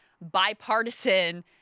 bipartisan